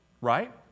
Right